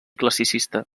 classicista